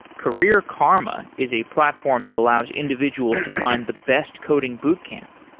career karma is a platform that allows individuals to find the best coding boot camp.